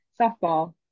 softball